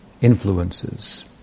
influences